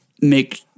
make